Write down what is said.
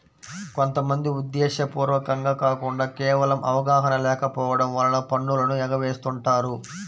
కొంత మంది ఉద్దేశ్యపూర్వకంగా కాకుండా కేవలం అవగాహన లేకపోవడం వలన పన్నులను ఎగవేస్తుంటారు